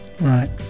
right